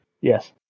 Yes